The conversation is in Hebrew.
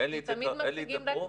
על פצועים את מדברת.